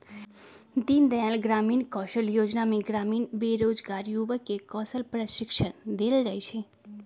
दीनदयाल ग्रामीण कौशल जोजना में ग्रामीण बेरोजगार जुबक के कौशल प्रशिक्षण देल जाइ छइ